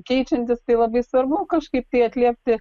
keičiantis tai labai svarbu kažkaip tai atliepti